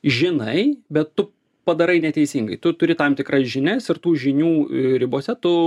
žinai bet tu padarai neteisingai tu turi tam tikras žinias ir tų žinių ribose tu